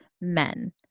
men